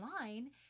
online